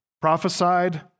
prophesied